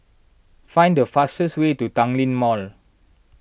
find the fastest way to Tanglin Mall